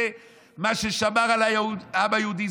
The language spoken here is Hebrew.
זה מה ששמר על העם היהודי,